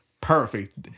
Perfect